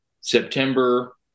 september